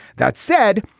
that said,